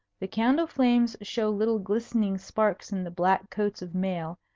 the candle flames show little glistening sparks in the black coats of mail,